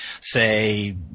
say –